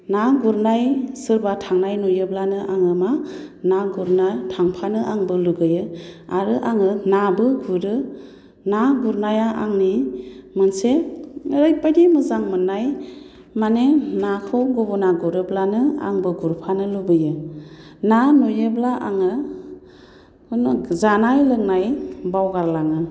ना गुरनाय सोरबा थांनाय नुयोब्लानो आङो मा ना गुरनो थांफानो आंबो लुगैयो आरो आङो नाबो गुरो ना गुरनाया आंनि मोनसे ओरैबादि मोजां मोननाय माने नाखौ गुबुना गुरोब्लानो आंबो गुरफानो लुबैयो ना नुयोब्ला आङो जानाय लोंनाय बावगार लाङो